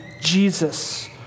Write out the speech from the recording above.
Jesus